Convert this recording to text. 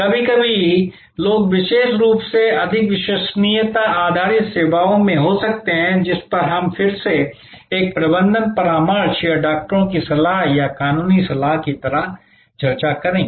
कभी कभी लोग विशेष रूप से अधिक विश्वसनीयता आधारित सेवाओं में हो सकते हैं जिस पर हम फिर से एक प्रबंधन परामर्श या डॉक्टरों की सलाह या कानूनी सलाह की तरह चर्चा करेंगे